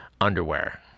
underwear